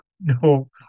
no